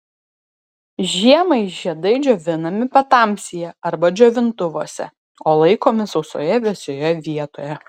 žiemai žiedai džiovinami patamsyje arba džiovintuvuose o laikomi sausoje vėsioje vietoje